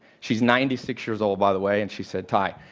she's ninety six years old, by the way, and she said, tai,